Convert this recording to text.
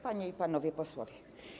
Panie i Panowie Posłowie!